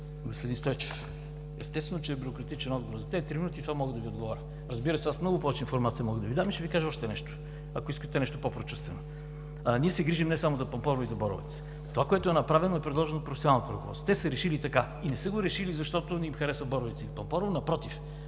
господин Стойчев! Естествено, че е бюрократичен отговорът. За три минути това мога да Ви отговоря. Разбира се, мога да Ви дам много повече информация и ще Ви кажа още нещо, ако искате, нещо по-прочувствено. Ние се грижим не само за Пампорово и за Боровец. Това, което е направено, е предложено от професионалното ръководство. Те са решили така и не са го решили, защото не им харесва Боровец или Пампорово. Напротив,